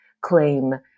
claim